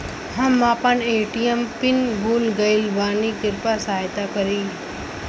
हम आपन ATM PIN भूल गईल बानी कृपया सहायता करी